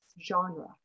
genre